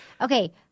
Okay